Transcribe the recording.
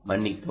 மன்னிக்கவும்